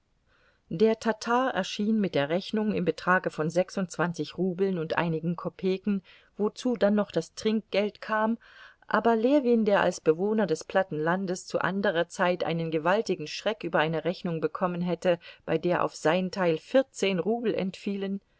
der tatar erschien mit der rechnung im betrage von sechsundzwanzig rubeln und einigen kopeken wozu dann noch das trinkgeld kam aber ljewin der als bewohner des platten landes zu anderer zeit einen gewaltigen schreck über eine rechnung bekommen hätte bei der auf sein teil vierzehn rubel entfielen